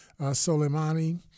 Soleimani